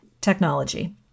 technology